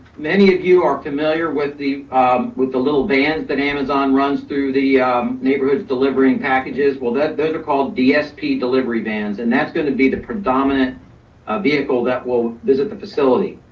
many of you are familiar with the with the little bands that amazon runs through the neighborhoods delivering packages, well that those are called dsp delivery vans. and that's gonna be the predominant ah vehicle that will visit the facility.